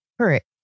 correct